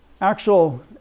actual